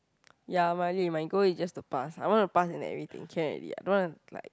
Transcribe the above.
ya my goal is just to pass I want to pass in everything can already I don't want like